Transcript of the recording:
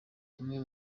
tumwe